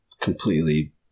completely